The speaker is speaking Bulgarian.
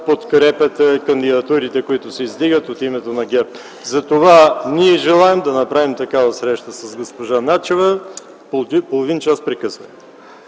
подкрепяте кандидатурите, които се издигат от името на ГЕРБ. Затова ние желаем да направим такава среща с госпожа Начева и искаме половин час прекъсване.